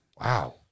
Wow